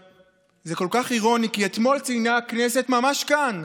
זה כל כך אירוני, כי אתמול ציינה הכנסת, ממש כאן,